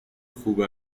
خوب